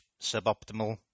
suboptimal